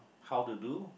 how to do